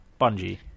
Bungie